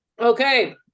Okay